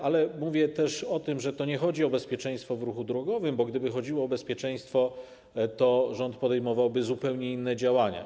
Ale, jak mówię, tu nie chodzi o bezpieczeństwo w ruchu drogowym, bo gdyby chodziło o bezpieczeństwo, to rząd podejmowałby zupełnie inne działania.